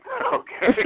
Okay